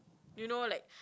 you know like